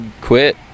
quit